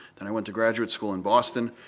then i went to graduate school in boston,